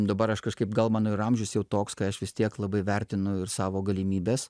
dabar aš kažkaip gal mano ir amžius jau toks kai aš vis tiek labai vertinu ir savo galimybes